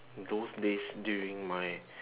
those days during my